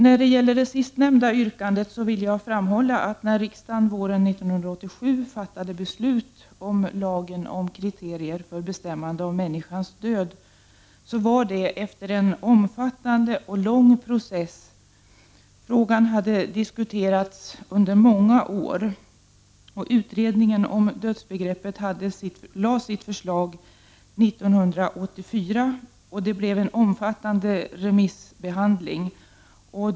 När det gäller det sistnämnda yrkandet vill jag framhålla att när riksdagen våren 1987 fattade beslut om lagen om kriterier för bestämmande av människans död var det efter en omfattande och lång process. Frågan hade diskuterats under många år. Utredningen om dödsbegreppet lade fram sitt förslag 1984, och en omfattande remissbehandling följde.